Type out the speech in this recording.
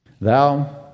thou